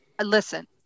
listen